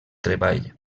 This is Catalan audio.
treball